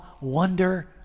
wonder